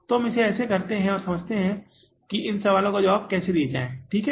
तो हम इसे करते हैं और समझते हैं कि इन सवालों के जवाब कैसे दिए जाएं ठीक है